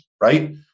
right